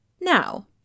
Now